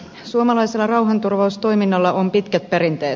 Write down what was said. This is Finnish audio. suomalaisella rauhanturvaustoiminnalla on pitkät perinteet